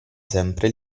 sempre